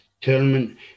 tournament